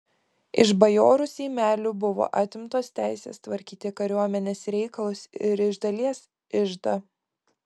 iš bajorų seimelių buvo atimtos teisės tvarkyti kariuomenės reikalus ir iš dalies iždą